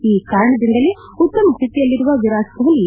ಈ ಕಾರಣದಿಂದಲೇ ಉತ್ತಮ ಸ್ನಿತಿಯಲ್ಲಿರುವ ವಿರಾಟ್ಕೊಟ್ಲಿ